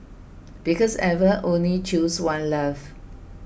because Eva can only choose one love